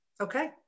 okay